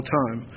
time